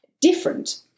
different